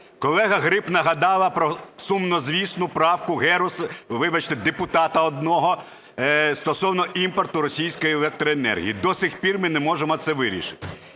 Колега Гриб нагадала про сумнозвісну правку депутата одного стосовно імпорту російської електроенергії. До сих пір ми не можемо це вирішити.